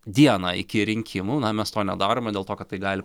dieną iki rinkimų na mes to nedarome dėl to kad tai gali